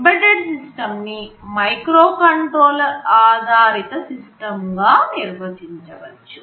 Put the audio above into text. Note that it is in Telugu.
ఎంబెడెడ్ సిస్టమ్స్ నీ మైక్రో కంట్రోలర్ ఆధారిత సిస్టం గా నిర్వచించవచ్చు